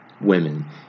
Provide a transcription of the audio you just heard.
women